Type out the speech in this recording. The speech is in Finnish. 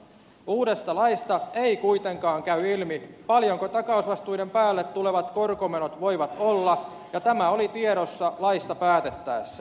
uudesta laista ei kuitenkaan käy ilmi paljonko takausvastuiden päälle tulevat korkomenot voivat olla ja tämä oli tiedossa laista päätettäessä